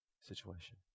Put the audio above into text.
situation